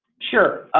sure.